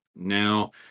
Now